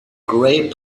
gray